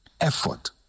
effort